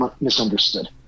Misunderstood